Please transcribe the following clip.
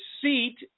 seat